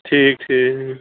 ٹھیٖک ٹھیٖک